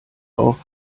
auch